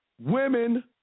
Women